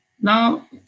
now